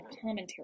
commentary